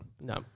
no